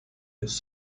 its